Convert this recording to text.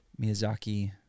Miyazaki